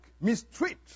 mistreat